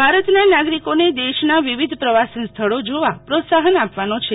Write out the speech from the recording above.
ભારતના નાગરિકોને દેશના વિવિધ પ્રવાસન સ્થળો જોવા પ્રોત્સાહન આપવાનો છે